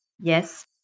Yes